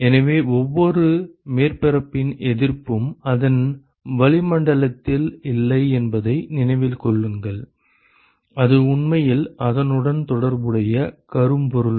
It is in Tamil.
எனவே ஒவ்வொரு மேற்பரப்பின் எதிர்ப்பும் அதன் வளிமண்டலத்தில் இல்லை என்பதை நினைவில் கொள்ளுங்கள் அது உண்மையில் அதனுடன் தொடர்புடைய கரும்பொருள்